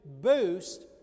boost